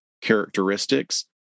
characteristics